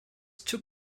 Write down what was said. took